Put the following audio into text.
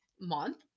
month